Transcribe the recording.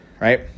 Right